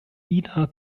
ina